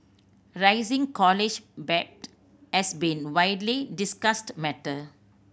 rising college debt has been widely discussed matter